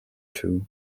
two